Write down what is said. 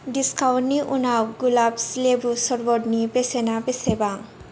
दिस्काउन्टनि उनाव गुलाब्स लेबु सरबतनि बेसेना बेसेबां